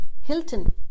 Hilton